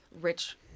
rich